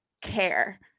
care